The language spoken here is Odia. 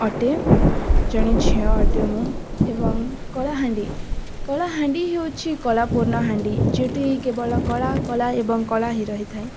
ଅଟେ ଜଣେ ଝିଅ ଅଟେ ମୁଁ ଏବଂ କଳାହାଣ୍ଡି କଳାହାଣ୍ଡି ହେଉଛି କଳା ପୂର୍ଣ୍ଣ ହାଣ୍ଡି ଯେଉଁଠି କେବଳ କଳା କଳା ଏବଂ କଳା ହିଁ ରହିଥାଏ